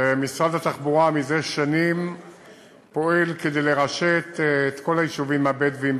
שמשרד התחבורה פועל זה שנים כדי לרשת את כל היישובים הבדואיים,